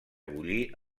bullir